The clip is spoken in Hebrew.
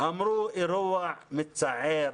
אמרו אירוע מצער,